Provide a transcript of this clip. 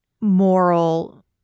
moral